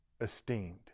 esteemed